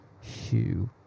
Hue